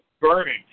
burning